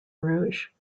rouge